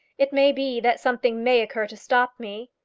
it may be that something may occur to stop me,